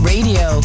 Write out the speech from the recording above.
Radio